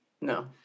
No